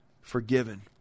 forgiven